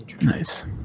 Nice